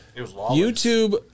YouTube